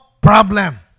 problem